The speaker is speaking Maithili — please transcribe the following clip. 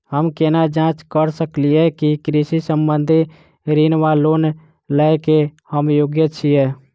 हम केना जाँच करऽ सकलिये की कृषि संबंधी ऋण वा लोन लय केँ हम योग्य छीयै?